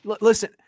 Listen